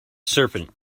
serpent